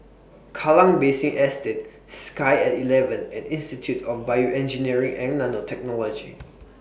Kallang Basin Estate Sky At eleven and Institute of Bioengineering and Nanotechnology